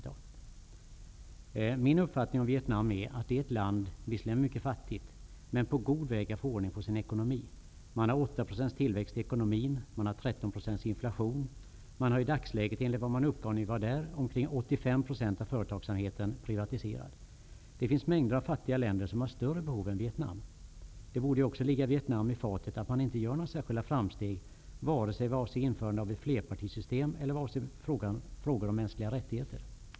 Min uppfattning om Vietnam är att det är ett land, visserligen mycket fattigt, men på god väg att få ordning på sin ekonomi. Man har 8 % tillväxt i ekonomin. Man har 13 % inflation. I dagsläget är, enligt vad man uppgav när vi var där, omkring 85 % av företagsamheten privatiserad. Det finns en mängd av fattiga länder som har större behov av hjälp än Vietnam. Det borde också ligga Vietnam i fatet att man inte gör några särskilda framsteg, vare sig vad avser införande av flerpartisystem eller frågor om mänskliga rättigheter.